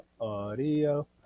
audio